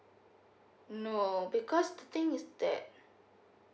no because the thing is that